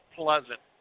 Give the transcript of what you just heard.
pleasant